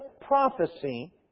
prophecy